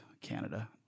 Canada